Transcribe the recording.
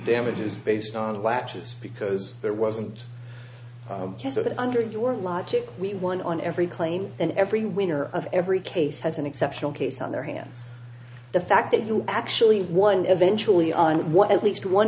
damages based on latches because there wasn't that under your logic we won on every claim in every winner of every case has an exceptional case on their hands the fact that you actually won eventually on what at least one